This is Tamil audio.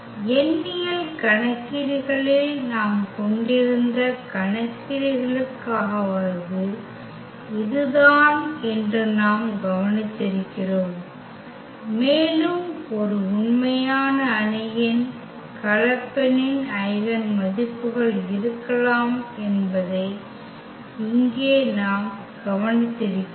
எண்ணியல் கணக்கீடுகளில் நாம் கொண்டிருந்த கணக்கீடுகளுக்காவது இதுதான் என்று நாம் கவனித்திருக்கிறோம் மேலும் ஒரு உண்மையான அணியின் கலப்பெண்னின் ஐகென் மதிப்புகள் இருக்கலாம் என்பதை இங்கே நாம் கவனித்திருக்கிறோம்